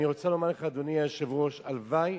אני רוצה לומר לך, אדוני היושב-ראש, הלוואי